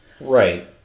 Right